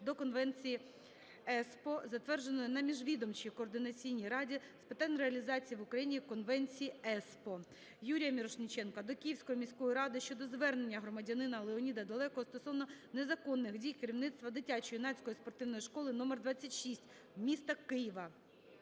до Конвенції ЕСПО, затвердженої на міжвідомчій координаційній раді з питань реалізації в Україні Конвенції ЕСПО. Юрія Мірошниченка до Київської міської ради щодо звернення громадянина Леоніда Далекого стосовно незаконних дій керівництва Дитячо-юнацької спортивної школи № 26 міста Києва.